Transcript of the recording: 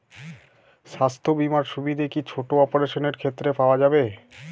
স্বাস্থ্য বীমার সুবিধে কি ছোট অপারেশনের ক্ষেত্রে পাওয়া যাবে?